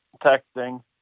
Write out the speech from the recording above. texting